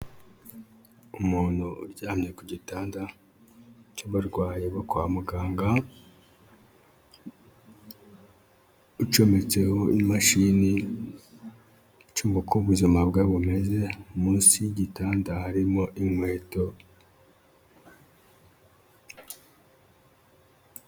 Umuntu uryamye ku gitanda cy'abarwaye bo kwa muganga, ucometseho imashini ucunga uko ubuzima bwe bumeze munsi y'igitanda harimo inkweto.